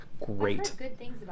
great